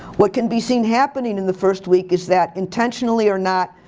what can be seen happening in the first week is that intentionally or not,